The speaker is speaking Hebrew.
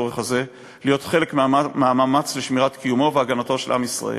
הצורך הזה להיות חלק מהמאמץ לשמירת קיומו ולהגנתו של עם ישראל.